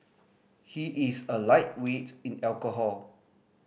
he is a lightweight in alcohol